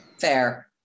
Fair